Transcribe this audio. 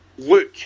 look